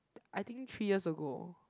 I think three years ago